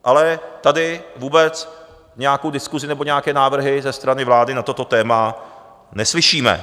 Ale tady vůbec nějakou diskusi nebo nějaké návrhy ze strany vlády na toto téma neslyšíme.